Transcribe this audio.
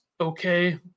okay